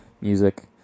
music